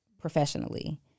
professionally